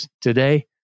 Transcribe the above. today